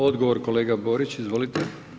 Odgovor kolega Borić, izvolite.